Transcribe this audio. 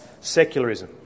secularism